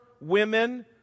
women